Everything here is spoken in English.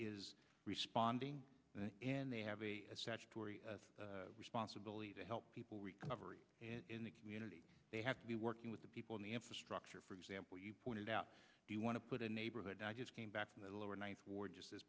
is responding and they have a statutory responsibility to help people recovery in the community they have to be working with the people in the infrastructure for example you pointed out do you want to put a neighborhood i just came back from the lower ninth ward just this